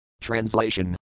Translation